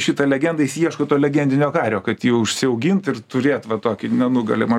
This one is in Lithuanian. šitą legendą jis ieško to legendinio kario kad jį užsiaugint ir turėt va tokį nenugalimą